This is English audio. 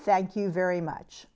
thank you very much